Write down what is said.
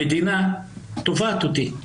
המדינה תובעת אותי.